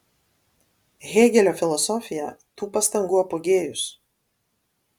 hėgelio filosofija tų pastangų apogėjus